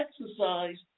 exercise